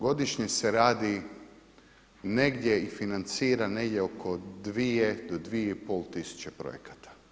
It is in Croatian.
Godišnje se radi negdje i financira negdje oko 2 do 2,5 tisuće projekata.